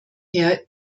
herr